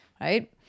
right